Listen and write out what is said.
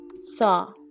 saw